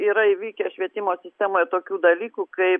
yra įvykę švietimo sistemoje tokių dalykų kaip